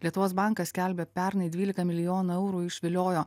lietuvos bankas skelbia pernai dvylika milijonų eurų išviliojo